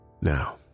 Now